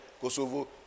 Kosovo